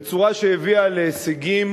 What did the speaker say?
בצורה שהביאה להישגים